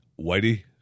Whitey